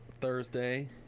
Thursday